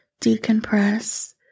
decompress